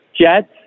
Jets